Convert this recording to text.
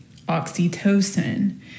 oxytocin